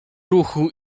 ruchu